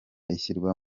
ishyirwa